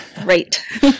Great